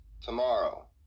tomorrow